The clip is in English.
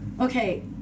Okay